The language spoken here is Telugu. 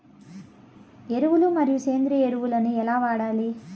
ఎరువులు మరియు సేంద్రియ ఎరువులని ఎలా వాడాలి?